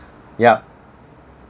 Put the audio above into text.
yup